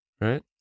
right